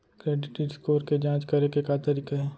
Credit score के जाँच करे के का तरीका हे?